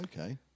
Okay